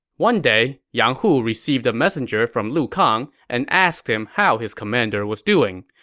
one day, yang hu received a messenger from lu kang and asked him how his commander was doing.